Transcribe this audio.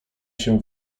się